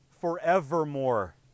Forevermore